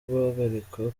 guhagarikwa